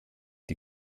die